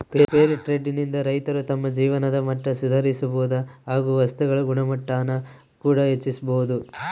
fair trade ನಿಂದ ರೈತರು ತಮ್ಮ ಜೀವನದ ಮಟ್ಟ ಸುಧಾರಿಸಬೋದು ಹಾಗು ವಸ್ತುಗಳ ಗುಣಮಟ್ಟಾನ ಕೂಡ ಹೆಚ್ಚಿಸ್ಬೋದು